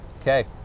Okay